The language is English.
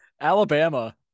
Alabama